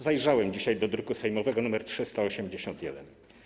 Zajrzałem dzisiaj do druku sejmowego nr 381.